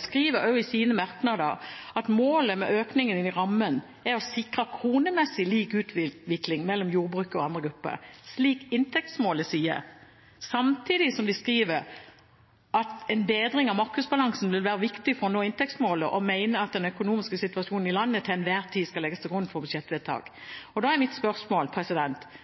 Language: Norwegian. skriver også i sine merknader at målet med økningen i rammen er å sikre kronemessig lik utvikling mellom jordbruket og andre grupper, slik inntektsmålet sier, samtidig som de skriver at en bedring av markedsbalansen vil være viktig for å nå inntektsmålet. De mener også at den økonomiske situasjonen i landet til enhver tid skal legges til grunn for budsjettvedtak. Da er mitt spørsmål: